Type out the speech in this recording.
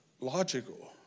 logical